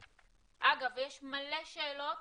אגב, יש הרבה שאלות